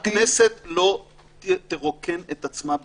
--- הכנסת לא תרוקן את עצמה בהתנדבות.